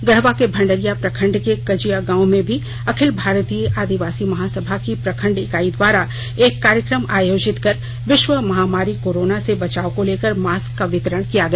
गढ़वा के भंडरिया प्रखंड के कंजिया गांव में भी अखिल भारतीय ऑदिवासी महासभा की प्रखंड इकाई द्वारा एक कार्यक्रम आयोजित कर वैश्विक महामारी कोरोना से बचाव को लेकर मास्क का वितरण किया गया